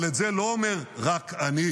אבל את זה לא אומר רק אני.